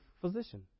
physician